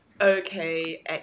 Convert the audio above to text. Okay